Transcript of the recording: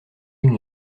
une